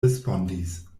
respondis